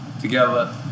together